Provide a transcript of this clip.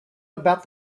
about